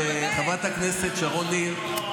וחברת הכנסת שרון ניר,